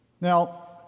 Now